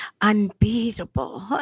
unbeatable